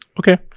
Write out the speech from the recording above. okay